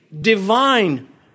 divine